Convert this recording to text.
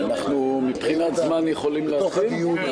כפי שהתחלתי פה לפני 11 שנה.